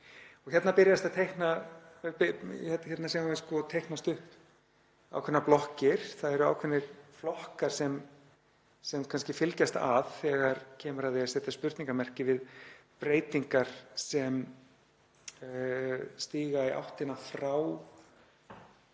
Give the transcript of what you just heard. Hér sáum við teiknast upp ákveðnar blokkir. Það eru ákveðnir flokkar sem fylgjast kannski að þegar kemur að því að setja spurningarmerki við breytingar sem stíga í áttina frá